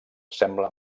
sembla